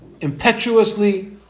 impetuously